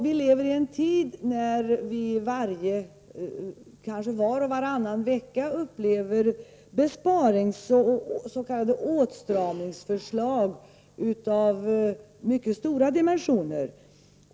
Vi lever i en tid då vi kanske var och varannan vecka får uppleva besparingsoch s.k. åtstramningsförslag av mycket stora dimensioner.